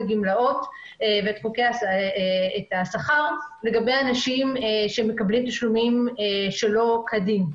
הגמלאות ואת השכר לגבי אנשים שמקבלים תשלומים שלא כדין.